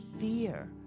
fear